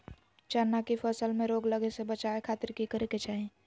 चना की फसल में रोग लगे से बचावे खातिर की करे के चाही?